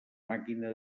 màquina